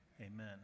amen